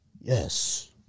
Yes